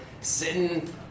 sitting